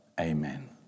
Amen